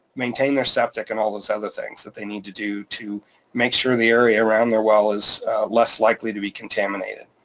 maintain their septic and all those other things that they need to do to make sure the area around their well is less likely to be contaminated.